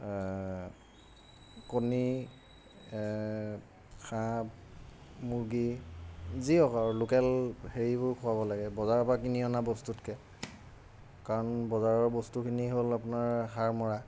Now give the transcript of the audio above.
কণী হাঁহ মুৰ্গী যি হওক আৰু লোকেল হেৰিবোৰ খোৱাব লাগে বজাৰৰপৰা কিনি অনা বস্তুতকৈ কাৰণ বজাৰৰ বস্তুখিনি হ'ল আপোনাৰ সাৰ মৰা